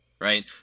right